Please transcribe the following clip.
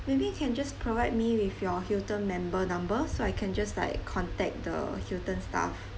maybe you can just provide me with your hilton member number so I can just like contact the hilton staff